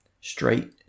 straight